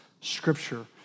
scripture